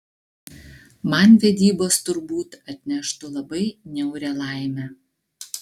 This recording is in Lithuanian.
man vedybos turbūt atneštų labai niaurią laimę